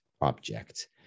object